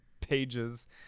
pages